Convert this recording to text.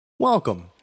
Welcome